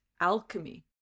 alchemy